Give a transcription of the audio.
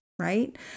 Right